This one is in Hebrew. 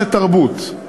זאת תרבות,